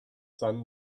sun